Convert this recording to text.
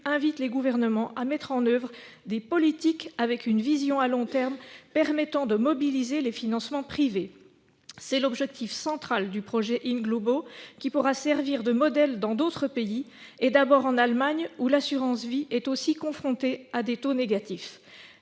invite les gouvernements à mener des politiques de long terme, permettant de mobiliser les financements privés. Tel est l'objectif central du projet In Globo, qui pourra servir de modèle dans d'autres pays, et d'abord en Allemagne, où l'assurance vie est aussi confrontée à des taux négatifs.